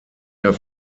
der